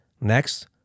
Next